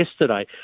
yesterday